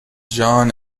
john